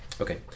Okay